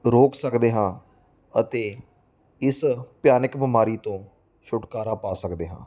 ਰੋਕ ਸਕਦੇ ਹਾਂ ਅਤੇ ਇਸ ਭਿਆਨਕ ਬਿਮਾਰੀ ਤੋਂ ਛੁਟਕਾਰਾ ਪਾ ਸਕਦੇ ਹਾਂ